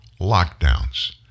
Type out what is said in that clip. lockdowns